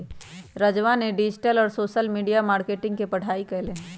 राजवा ने डिजिटल और सोशल मीडिया मार्केटिंग के पढ़ाई कईले है